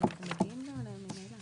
הוספנו לבקשתך סעיף בחוק ההתאמות.